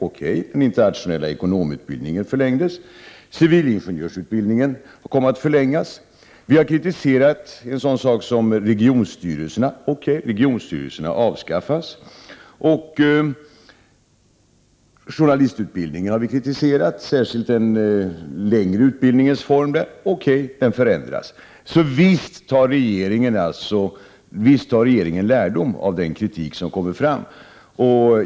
Okej — den internationella ekonomutbildningen förlängdes, och civilingenjörsutbildningen har kommit att förlängas. Vi har kritiserat en sådan sak som regionstyrelserna. Okej — regionstyrelserna har avskaffats. Journalistutbildningen har vi också kritiserat, särskilt den längre utbildningsformen. Okej — den förändras. Så visst tar regeringen lärdom av den kritik som kommer fram.